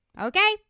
Okay